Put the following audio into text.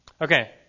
Okay